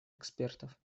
экспертов